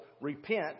repent